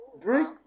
Drink